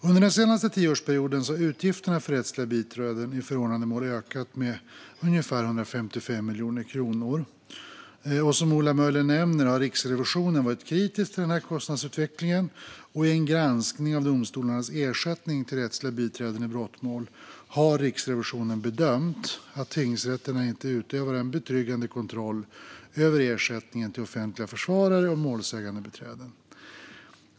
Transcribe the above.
Under den senaste tioårsperioden har utgifterna för rättsliga biträden i förordnandemål ökat med cirka 155 miljoner kronor. Som Ola Möller nämner har Riksrevisionen varit kritisk till denna kostnadsutveckling. I en granskning av domstolarnas ersättning till rättsliga biträden i brottmål har Riksrevisionen bedömt att tingsrätterna inte utövar en betryggande kontroll över ersättningen till offentliga försvarare och målsägandebiträden.